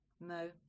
No